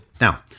now